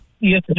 Yes